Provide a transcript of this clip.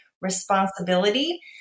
responsibility